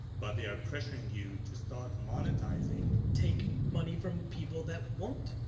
but they are pressuring you to start monetizing. take money from people that won't.